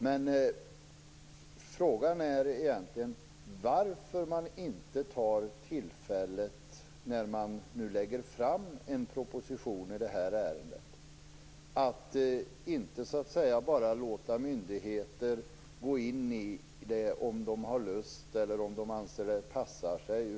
Men frågan är varför man inte tar tillfället, när man nu lägger fram en proposition i det här ärendet, att inte bara så att säga låta myndigheter gå in om de har lust eller om de anser att det passar sig.